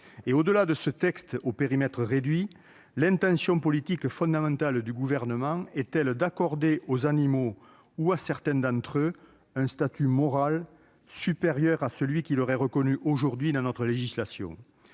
une approche spéciste ou antispéciste. L'intention politique fondamentale du Gouvernement est-elle d'accorder aux animaux ou à certains d'entre eux un statut moral supérieur à celui qui leur est reconnu aujourd'hui dans notre législation ?